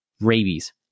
rabies